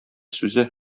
сүзе